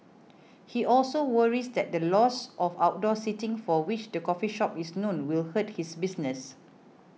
he also worries that the loss of outdoor seating for which the coffee shop is known will hurt his business